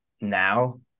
now